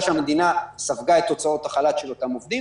שהמדינה ספגה את הוצאות החל"ת של אותם עובדים.